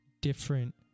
different